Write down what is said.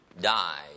died